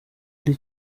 ari